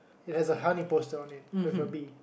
it has a honey poster on it with a bee